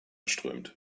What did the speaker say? strömt